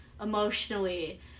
emotionally